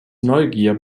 neugier